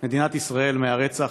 מדינת ישראל מהרצח